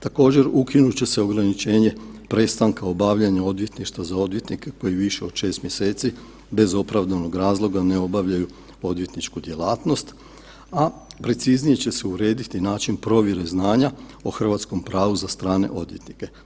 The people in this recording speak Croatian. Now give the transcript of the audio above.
Također, ukinut će se ograničenje prestanka obavljanja odvjetništva za odvjetnike koji više od 6 mjeseci bez opravdanog razloga ne obavljaju odvjetničku djelatnost, a preciznije će se urediti način provjere znanja o hrvatskom pravu za strane odvjetnike.